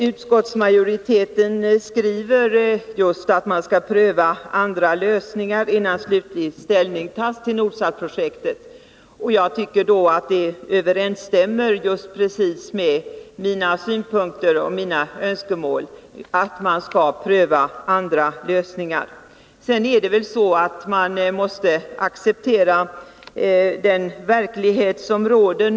Utskottsmajoriteten har i sin skrivning just framhållit att man skall pröva andra lösningar, innan slutlig ställning tas till Nordsatprojektet. Jag tycker det överensstämmer helt med mina synpunkter och önskemål att man skall pröva andra lösningar. Man måste väl acceptera den verklighet som råder.